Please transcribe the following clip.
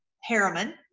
Harriman